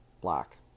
Black